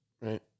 right